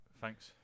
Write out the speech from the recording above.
thanks